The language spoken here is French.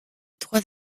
trois